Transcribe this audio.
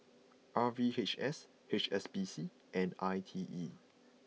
R V H S H S B C and I T E